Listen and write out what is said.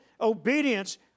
obedience